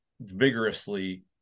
vigorously